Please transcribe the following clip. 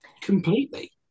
Completely